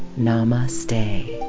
namaste